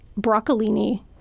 broccolini